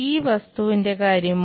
ഈ വസ്തുവിന്റെ കാര്യമോ